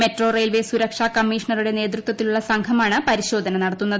metro railway സുരക്ഷാ കമ്മീഷണറുടെ നേതൃത്വത്തിലുള്ള സംഘമാണ് പരിശോധന നടത്തുന്നത്